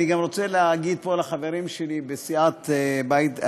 אני גם רוצה להגיד פה לחברים שלי בסיעת הבית,